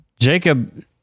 Jacob